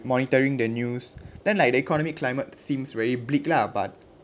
monitoring the news then like the economy climate seems very bleak lah but